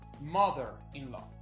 Mother-in-law